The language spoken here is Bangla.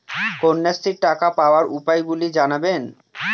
কন্যাশ্রীর টাকা পাওয়ার উপায়গুলি জানাবেন?